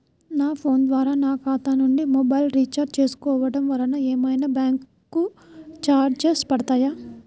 నా ఫోన్ ద్వారా నా ఖాతా నుండి మొబైల్ రీఛార్జ్ చేసుకోవటం వలన ఏమైనా బ్యాంకు చార్జెస్ పడతాయా?